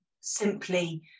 simply